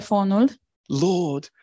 Lord